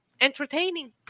entertaining